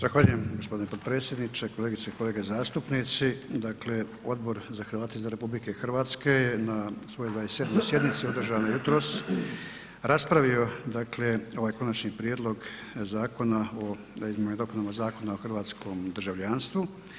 Zahvaljujem gospodine potpredsjedniče, kolegice i kolege zastupnici, dakle Odbor za Hrvate izvan RH je na svojoj 27. sjednici održanoj jutros raspravio dakle ovaj Konačni prijedlog Zakona o izmjenama i dopunama Zakona o hrvatskom državljanstvu.